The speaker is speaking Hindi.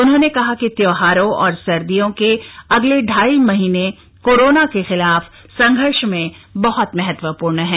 उन्होंने कहा कि त्योहारों और सर्दियों के अगले शाई महीने कोरोना के खिलाफ संघर्ष में बह्त महत्वपूर्ण हैं